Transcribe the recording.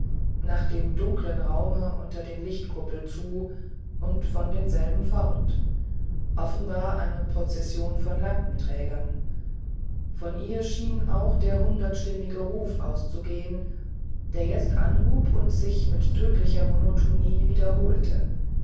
nach dem dunklen raume unter den lichtkuppeln zu und von denselben fort offenbar eine prozession von lampenträgern von ihr schien auch der hundertstimmige ruf auszugehen der jetzt anhub und sich mit tödlicher monotonie wiederholte